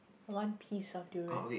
one piece of durian